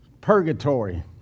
purgatory